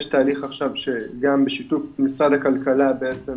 יש תהליך עכשיו שגם בשיתוף משרד הכלכלה בעצם